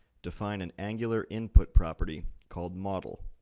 define an angular input property called model.